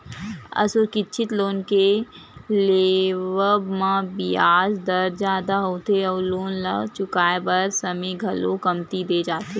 असुरक्छित लोन के लेवब म बियाज दर जादा होथे अउ लोन ल चुकाए बर समे घलो कमती दे जाथे